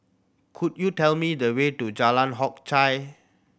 could you tell me the way to Jalan Hock Chye